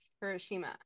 Hiroshima